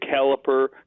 caliper